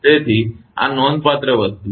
તેથી આ નોંધપાત્ર વસ્તુ છે